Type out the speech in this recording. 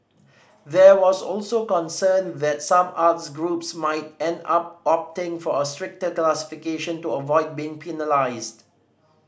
there was also concern that some arts groups might end up opting for a stricter classification to avoid being penalised